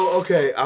okay